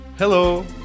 Hello